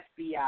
FBI